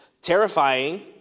terrifying